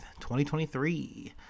2023